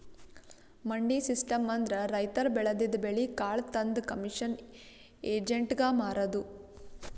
ಮಂಡಿ ಸಿಸ್ಟಮ್ ಅಂದ್ರ ರೈತರ್ ಬೆಳದಿದ್ದ್ ಬೆಳಿ ಕಾಳ್ ತಂದ್ ಕಮಿಷನ್ ಏಜೆಂಟ್ಗಾ ಮಾರದು